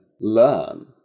learn